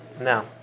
Now